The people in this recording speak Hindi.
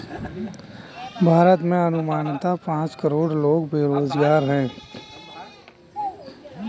भारत में अनुमानतः पांच करोड़ लोग बेरोज़गार है